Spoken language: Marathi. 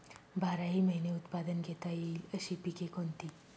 बाराही महिने उत्पादन घेता येईल अशी पिके कोणती?